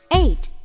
eight